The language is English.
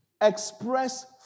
express